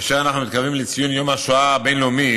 כאשר אנחנו מתקרבים לציון יום השואה הבין-לאומי,